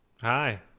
hi